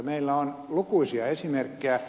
meillä on lukuisia esimerkkejä